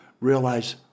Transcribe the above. realize